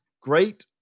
great